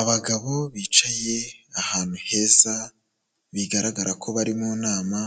Abagabo bicaye ahantu heza, bigaragara ko bari mu nama,